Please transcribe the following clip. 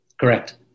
Correct